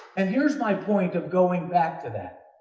and here's my point of going back to that.